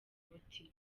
buti